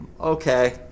okay